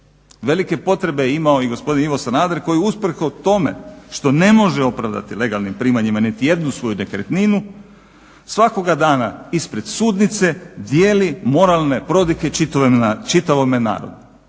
Velike potrebe je imao i gospodin Ivo Sanader koji usprkos tome što ne može opravdati legalnim primanjima niti jednu svoju nekretninu svakoga dana ispred sudnice dijeli moralne prodike čitavome narodu.